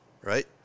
right